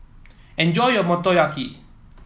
enjoy your Motoyaki